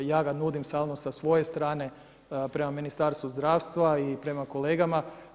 Ja ga nudim samo sa svoj strane prema ministarstvu zdravlja i prema kolegama.